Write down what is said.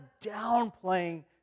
downplaying